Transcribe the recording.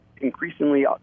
increasingly